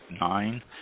nine